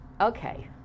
Okay